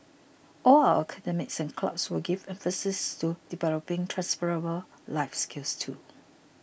all our academies and clubs will give emphases to developing transferable life skills too